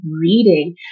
reading